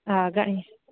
हा घणी